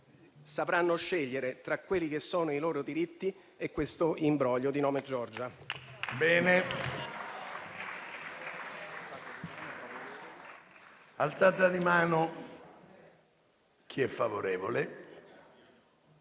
sapranno scegliere tra quelli che sono i loro diritti e questo imbroglio di nome Giorgia.